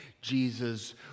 Jesus